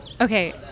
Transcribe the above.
Okay